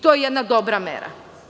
To je jedna dobra mera.